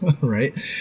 right